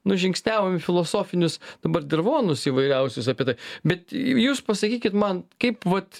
nužingsniavom į filosofinius dabar dirvonus įvairiausius apie tai bet jūs pasakykit man kaip vat